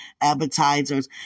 appetizers